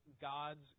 God's